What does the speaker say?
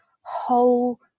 whole